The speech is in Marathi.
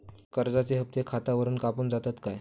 कर्जाचे हप्ते खातावरून कापून जातत काय?